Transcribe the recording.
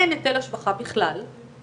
אני מעריך את זה מאוד.